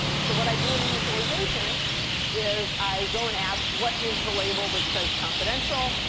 so what i do in initialization is i go and ask, what is the label that says confidential?